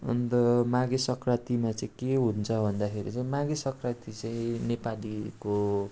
अन्त माघे सङ्क्रान्तिमा चाहिँ के हुन्छ भन्दाखेरि चाहिँ माघे सङ्क्रान्ति चाहिँ नेपालीको